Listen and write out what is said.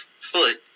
foot